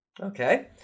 Okay